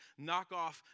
knockoff